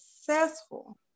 successful